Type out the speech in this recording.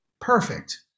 perfect